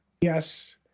yes